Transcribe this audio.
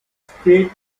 straight